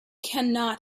cannot